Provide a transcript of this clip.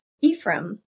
Ephraim